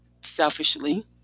selfishly